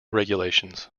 regulations